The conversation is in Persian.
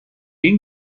این